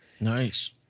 Nice